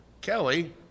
Kelly